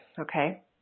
okay